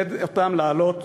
לעודד אותם לעלות,